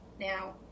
Now